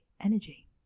energy